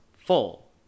full